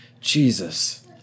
Jesus